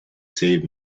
save